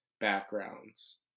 backgrounds